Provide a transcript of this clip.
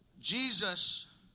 Jesus